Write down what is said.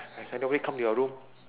has anybody come to your room